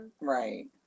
right